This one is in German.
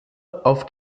auf